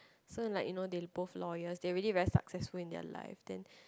so like you know they both lawyers they already very successful in their lives then